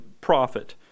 profit